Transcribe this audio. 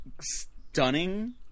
stunning